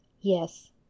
YES